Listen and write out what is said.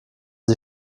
sie